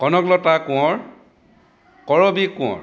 Kanaklata Konwar Karabi Konwar